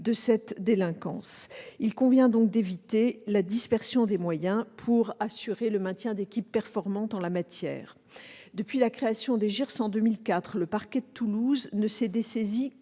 de cette délinquance. Il convient donc d'éviter la dispersion des moyens pour assurer le maintien d'équipes performantes en la matière. Depuis la création des JIRS en 2004, le parquet de Toulouse s'est dessaisi